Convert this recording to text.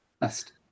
Best